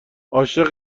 عاشق